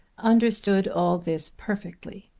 understood all this perfectly.